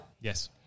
Yes